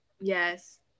yes